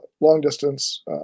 long-distance